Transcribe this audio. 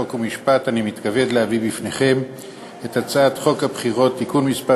חוק ומשפט אני מתכבד להביא בפניכם את הצעת חוק הבחירות לכנסת (תיקון מס'